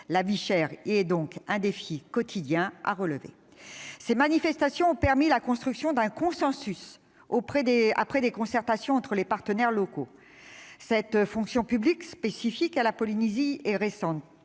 La vie chère y est donc un défi à relever au quotidien. Ces manifestations ont permis la construction d'un consensus, après des concertations entre les partenaires locaux. Cette fonction publique spécifique à la Polynésie est récente.